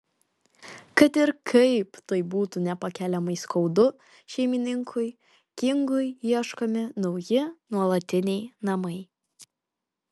kad ir kaip tai būtų nepakeliamai skaudu šeimininkui kingui ieškomi nauji nuolatiniai namai